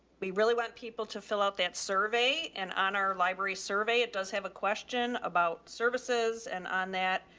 we really want people to fill out that survey and honor library survey. it does have a question about services. and on that,